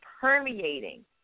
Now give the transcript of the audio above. permeating